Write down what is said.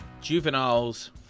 juveniles